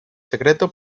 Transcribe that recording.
secreto